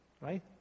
right